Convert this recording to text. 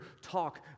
talk